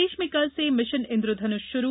प्रदेश में कल से मिशन इन्द्रधनुष शुरू